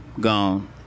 gone